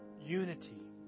unity